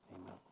Amen